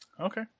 Okay